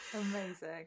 Amazing